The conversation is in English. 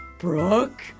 Brooke